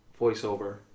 voiceover